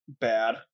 bad